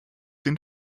den